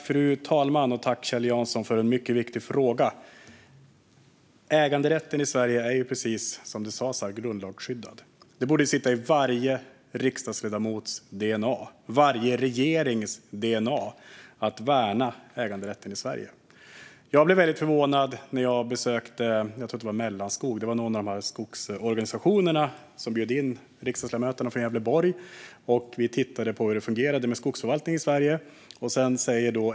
Fru talman! Tack, Kjell Jansson, för en mycket viktig fråga! Äganderätten i Sverige är, precis som det sas här, grundlagsskyddad. Det borde sitta i varje riksdagsledamots dna och i varje regerings dna att man värnar äganderätten i Sverige. Jag blev väldigt förvånad när jag besökte en av skogsorganisationerna - jag tror att det var Mellanskog. De bjöd in riksdagsledamöterna från Gävleborg. Vi tittade på hur skogsförvaltningen fungerade i Sverige.